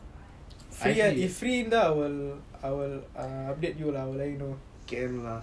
!aiya! if free then I will update you lah I will let you know